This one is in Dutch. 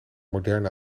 modern